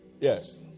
yes